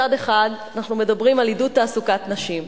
מצד אחד אנחנו מדברים על עידוד תעסוקת נשים.